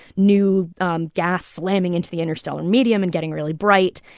new um gas slamming into the interstellar medium and getting really bright.